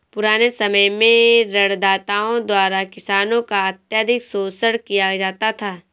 पुराने समय में ऋणदाताओं द्वारा किसानों का अत्यधिक शोषण किया जाता था